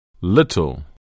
little